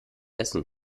essen